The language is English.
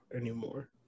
anymore